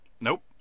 Nope